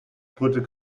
brüllte